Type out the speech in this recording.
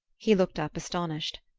he looked up astonished.